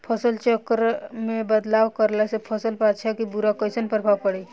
फसल चक्र मे बदलाव करला से फसल पर अच्छा की बुरा कैसन प्रभाव पड़ी?